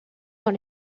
dans